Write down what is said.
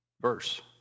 verse